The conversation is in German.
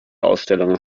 ausstellungen